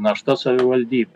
našta savivaldybei